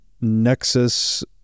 nexus